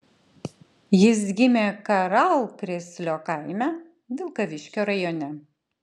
jis gimė karalkrėslio kaime vilkaviškio rajone